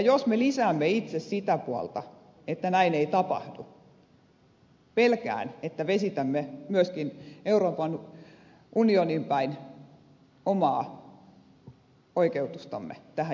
jos me lisäämme itse sitä puolta että näin ei tapahdu pelkään että vesitämme myöskin euroopan unioniin päin omaa oikeutustamme tähän järjestelmään